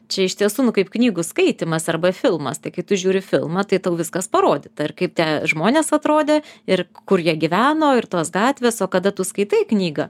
čia iš tiesų nu kaip knygų skaitymas arba filmas tai kai tu žiūri filmą tai tau viskas parodyta kaip tie žmonės atrodė ir kur jie gyveno ir tos gatvės o kada tu skaitai knygą